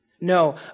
No